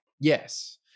Yes